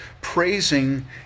praising